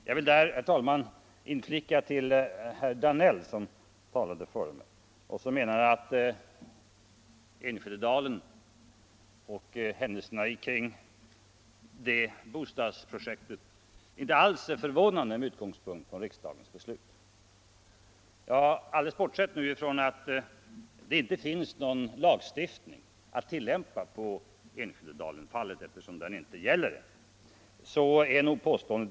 Jag vill i detta sammanhang säga till herr Danell, som menade att händelserna kring bostadsprojektet i Enskededalen inte alls är förvånande mot bakgrunden av riksdagens beslut, att det nog är ett litet galet påstående.